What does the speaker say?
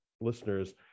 listeners